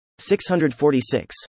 646